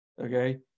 okay